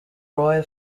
royal